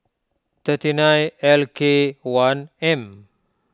thirty nine L K one M